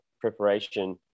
preparation